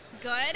good